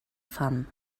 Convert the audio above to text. fam